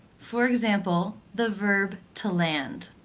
for example, the verb to land.